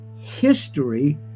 history